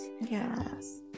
Yes